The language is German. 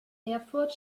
erfurt